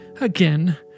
Again